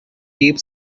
keep